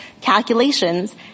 calculations –